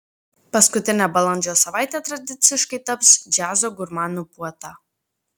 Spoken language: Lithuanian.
paskutinė balandžio savaitė tradiciškai taps džiazo gurmanų puota